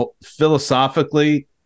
philosophically